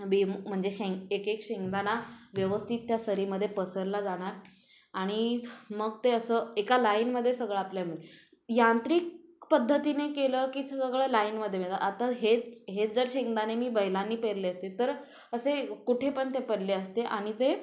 भुईमूग म्हणजे शेंग एकेक शेंगदाणा व्यवस्थित त्या सरीमध्ये पसरला जाणार आणि मग ते असं एका लाईनमध्ये सगळं आपल्याला मिळतं यांत्रिक पद्धतीने केलं की सगळं लाईनमध्ये मिळतं आता हेच हेच जर शेंगदाणे मी बैलांनी पेरले असते तर असे कुठे पण ते पडले असते आणि ते